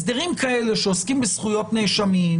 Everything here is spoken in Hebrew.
הסדרים כאלה שעוסקים בזכויות נאשמים,